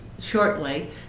shortly